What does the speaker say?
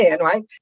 right